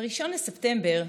ב-1 בספטמבר,